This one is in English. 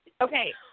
Okay